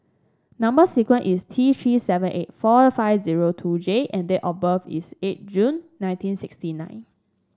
number sequence is T Three seven eight four five zero two J and date of birth is eight June nineteen sixty nine